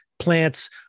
plants